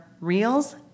reels